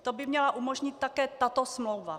To by měla umožnit také tato smlouva.